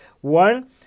one